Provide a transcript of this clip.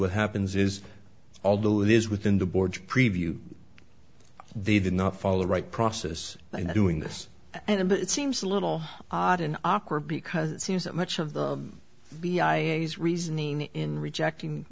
what happens is although it is within the board's preview they did not follow the right process by doing this and it seems a little odd and awkward because it seems that much of the b i l s reasoning in rejecting